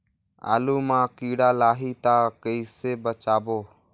आलू मां कीड़ा लाही ता कइसे बचाबो?